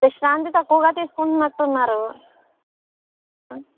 విశ్రాంతి తక్కువగా తీసుకుంటున్నట్టు ఉన్నారు